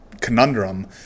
conundrum